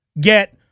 get